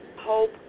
hope